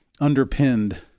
underpinned